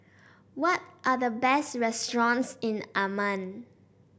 what are the best restaurants in Amman